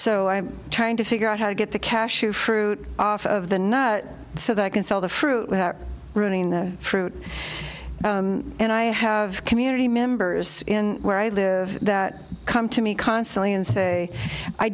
so i'm trying to figure out how to get the cash to fruit of the know so that i can sell the fruit without running the fruit and i have community members in where i live that come to me constantly and say i